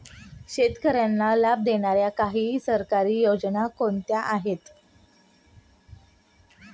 शेतकऱ्यांना लाभ देणाऱ्या काही सरकारी योजना कोणत्या आहेत?